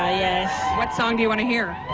ah yes. what song do you want to hear?